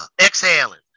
exhaling